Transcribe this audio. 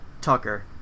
Tucker